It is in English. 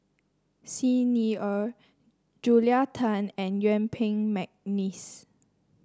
Xi Ni Er Julia Tan and Yuen Peng McNeice